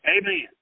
Amen